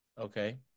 Okay